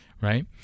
right